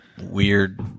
Weird